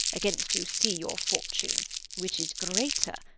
against you see your fortune which is greater,